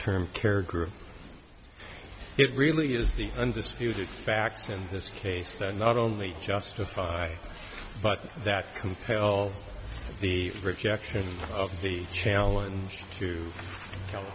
term care group it really is the undisputed facts in this case that not only justify but that compel the rejection of the challenge to